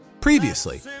previously